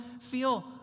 feel